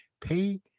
pay